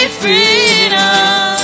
freedom